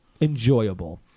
enjoyable